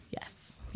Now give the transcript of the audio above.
Yes